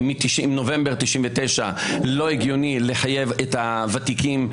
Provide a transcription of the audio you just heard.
מנובמבר 1999, זה לא הגיוני לחייב את הוותיקים.